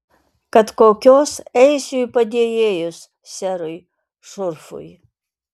kad kokios eisiu į padėjėjus serui šurfui